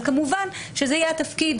אבל כמובן שזה יהיה התפקיד